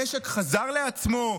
המשק חזר לעצמו?